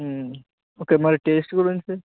okay మరి taste గురించి